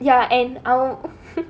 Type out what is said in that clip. ya and I will